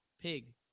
Pig